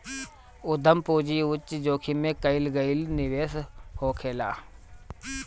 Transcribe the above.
उद्यम पूंजी उच्च जोखिम में कईल गईल निवेश होखेला